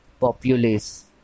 Populace